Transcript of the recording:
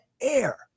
air